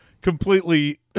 completely